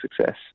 success